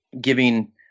giving